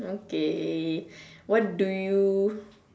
okay what do you